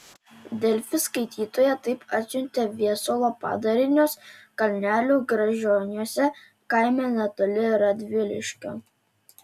delfi skaitytoja taip atsiuntė viesulo padarinius kalnelio gražioniuose kaime netoli radviliškio